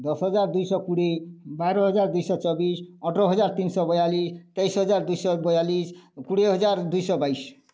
ଦଶ ହଜାର ଦୁଇଶହ କୋଡ଼ିଏ ବାର ହଜାର ଦୁଇଶହ ଚବିଶ ଅଠର ହଜାର ତିନିଶହ ବୟାଳିଶ ତେଇଶି ହଜାର ଦୁଇଶହ ବୟାଳିଶ କୋଡ଼ିଏ ହଜାର ଦୁଇଶହ ବାଇଶ